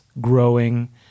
growing